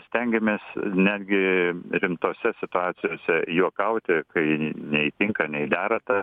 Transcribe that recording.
stengiamės netgi rimtose situacijose juokauti kai nei tinka nei dera ta